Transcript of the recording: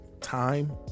time